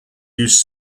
used